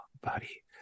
buddy